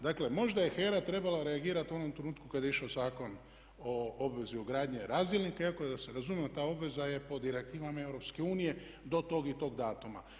Dakle možda je HERA trebala reagirati u onom trenutku kada je išao Zakon o obvezi ugradnje razdjelnika iako je da se razumijemo ta obveza je pod direktivom Europske unije do tog i tog datuma.